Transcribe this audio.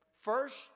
First